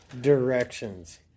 Directions